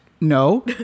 No